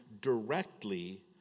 directly